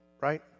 right